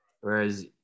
whereas